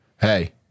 Hey